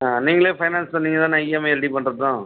நீங்களே ஃபைனான்ஸ் பண்ணுவிங்க தானா இஎம்ஐ ரெடி பண்ணுறதும்